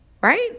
right